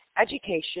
education